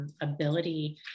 Ability